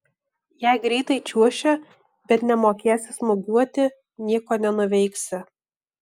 jei greitai čiuoši bet nemokėsi smūgiuoti nieko nenuveiksi